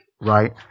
right